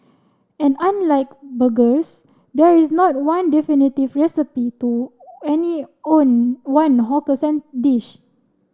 and unlike burgers there is not one definitive recipe to any own one hawker dish